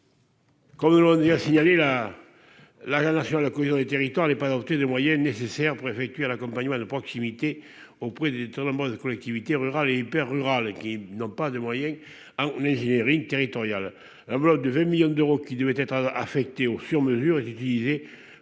Comme l'ont dit à signaler la la nation la cohésion des territoires n'est pas adopté des moyens nécessaires pour effectuer l'accompagnement de proximité auprès des trop nombreuses collectivités rurales et hyper rural qui n'ont pas de moyens amnésie Éric territoriale, un bloc de 20 millions d'euros, qui devaient être affectés au sur mesure est utilisé